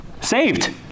Saved